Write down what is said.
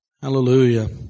Hallelujah